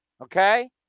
okay